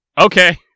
Okay